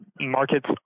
Markets